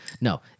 No